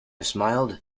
smiled